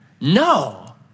No